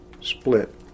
split